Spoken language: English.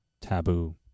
taboo